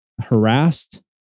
harassed